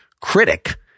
critic